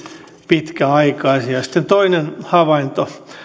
pitkäaikaisia sitten toinen havainto